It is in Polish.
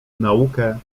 naukę